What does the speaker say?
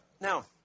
Now